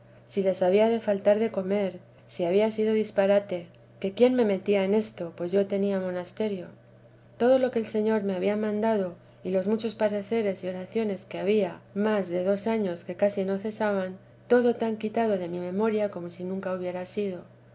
si les había de faltar de comer si había sido disbarate que quién me metía en esto pues yo tenía monasterio todo lo que el señor me había mandado y los muchos pareceres y oraciones que había más de dos años que casi no cesaban todo tan quitado de mi memoria como si nunca hubiera sido